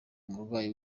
umurwayi